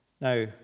Now